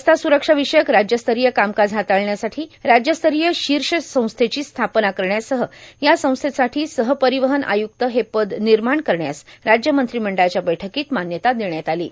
रस्ता स्रक्षार्वषयक राज्यस्तरांय कामकाज हाताळण्यासाठीं राज्यस्तरांय शीष संस्थेची स्थापना करण्यासह या संस्थेसाठां सहर्पारवहन आय्क्त हे पद र्निमाण करण्यास राज्य मंत्रिमंडळाच्या बैठकोंत मान्यता देण्यात आलों